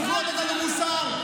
תוכלו לתת לנו מוסר.